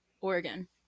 Oregon